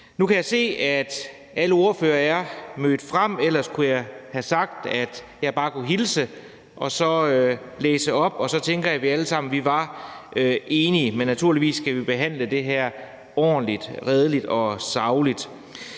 Nu kan jeg se, at alle ordførere er mødt frem, men ellers kunne jeg have sagt, at jeg bare kunne hilse og så læse min tale op, og så tænker jeg, at vi alle sammen var enige. Men naturligvis skal vi behandle det her ordentligt, redeligt og sagligt.